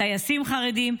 טייסים חרדים?